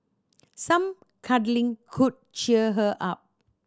some cuddling could cheer her up